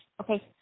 Okay